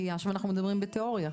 כי עכשיו אנחנו מדברים בתיאוריה.